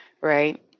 right